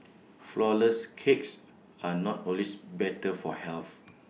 Flourless Cakes are not always better for health